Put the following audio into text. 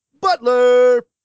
Butler